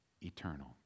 eternal